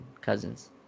Cousins